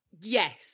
Yes